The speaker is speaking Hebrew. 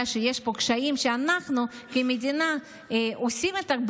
שיש פה קשיים שאנחנו כמדינה עושים אותם,